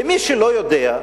למי שלא יודע,